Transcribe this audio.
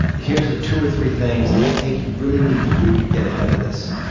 here's a two or three things. i think you really need to do to get ahead of this.